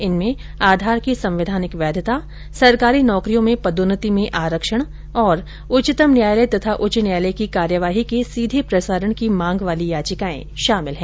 इनमें आधार की संवैधानिक वैधता सरकारी नौकरियों में पदौन्नति में आरक्षण और उच्चतम न्यायालय तथा उच्च न्यायालय की कार्यवाही के सीधे प्रसारण की मांग वाली याचिकाएं शामिल है